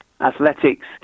athletics